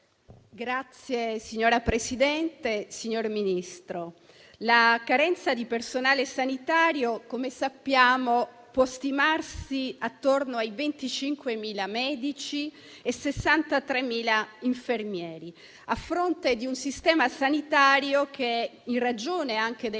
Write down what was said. finestra") *(Az-IV-RE)*. Signor Ministro, la carenza di personale sanitario - come sappiamo - può stimarsi attorno ai 25.000 medici e ai 63.000 infermieri, a fronte di un sistema sanitario che, in ragione anche della